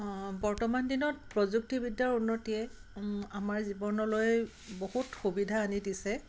অঁ বৰ্তমান দিনত প্ৰযুক্তিবিদ্যাৰ উন্নতিয়ে আমাৰ জীৱনলৈ বহুত সুবিধা আনি দিছে